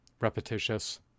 repetitious